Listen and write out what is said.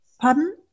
Pardon